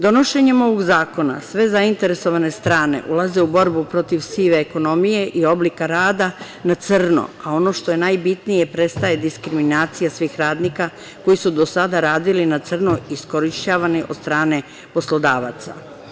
Donošenjem ovog zakona, sve zainteresovane strane ulaze u borbu protiv sive ekonomije i oblika rada na crno, a ono što je najbitnije, prestaje diskriminacija svih radnika koji su do sada radili na crno i iskorišćavani od strane poslodavaca.